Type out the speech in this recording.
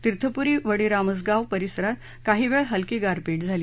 तीर्थप्री वडीरामसगाव परिसरात काही वेळ हलकी गारपीटही झाली